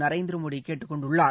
நரேந்திர மோடி கேட்டுக் கொண்டுள்ளார்